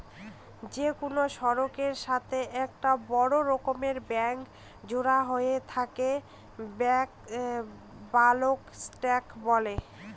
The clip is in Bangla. যে কোনো সড়কের সাথে একটা বড় রকমের ট্যাংক জোড়া হয় তাকে বালক ট্যাঁক বলে